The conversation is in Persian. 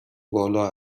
بالا